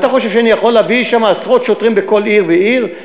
אתה חושב שאני יכול להביא עשרות שוטרים בכל עיר ועיר?